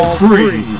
free